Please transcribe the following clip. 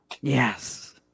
Yes